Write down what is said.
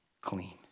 clean